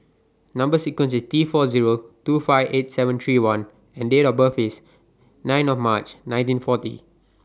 Number sequence IS T four Zero two five eight seven three one and Date of birth IS nine of March nineteen forty